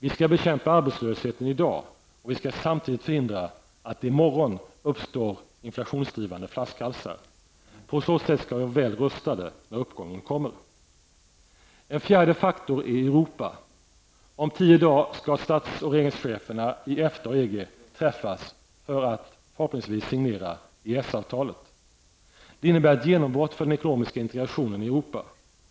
Vi skall bekämpa arbetslösheten i dag, och vi skall samtidigt förhindra att det i morgon uppstår inflationsdrivande flaskhalsar. På så sätt skall vi vara väl rustade när uppgången kommer. En fjärde faktor är Europa. Om tio dagar skall stats och regeringscheferna i EFTA och EG träffas för att förhoppningsvis att signera EES-avtalet. Det innebär ett genombrott för den ekonomiska integrationen i Europa.